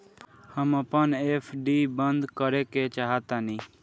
हम अपन एफ.डी बंद करेके चाहातानी